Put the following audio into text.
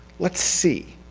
let's see.